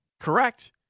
Correct